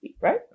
Right